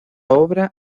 obra